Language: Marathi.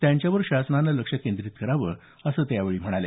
त्यांच्यावर शासनानं लक्ष केंद्रीत करावं असं ते यावेळी म्हणाले